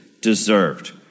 deserved